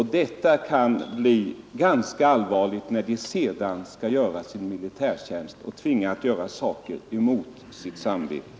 Detta kan bli ganska allvarligt, när de sedan skall göra sin militärtjänst och tvingas göra saker emot sitt samvete.